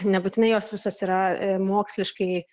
nebūtinai jos visos yra moksliškai